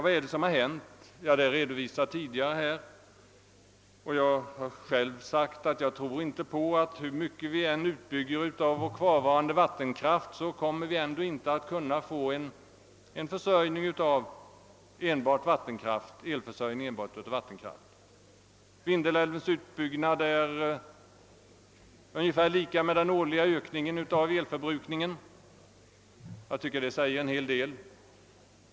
Vad är det då som har inträffat? Det är tidigare redovisat här. Jag har själv sagt att jag inte tror på att vi, hur många vi än utbygger av våra kvarvarande vattenfall, kommer att kunna få vår elförsörjning enbart genom vattenkraft. Vindelälvens utbyggnad innebär ungefär lika mycket elkraft som den årliga ökningen av elförbrukningen. Jag tycker detta säger en hel del.